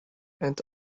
and